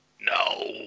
No